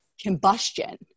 combustion